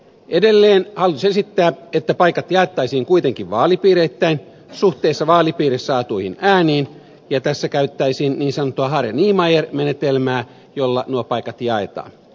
edelleen hallitus esittää että paikat jaettaisiin kuitenkin vaalipiireittäin suhteessa vaalipiirissä saatuihin ääniin ja tässä käytettäisiin niin sanottua hareniemeyer menetelmää jolla nuo paikat jaetaan